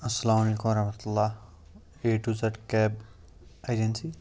اسلام علیکُم ورحمت الله A to Z cab agency